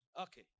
Okay